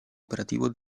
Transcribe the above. operativo